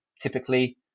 typically